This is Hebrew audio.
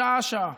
שעה-שעה.